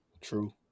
True